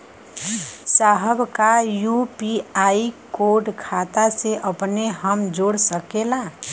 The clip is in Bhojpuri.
साहब का यू.पी.आई कोड खाता से अपने हम जोड़ सकेला?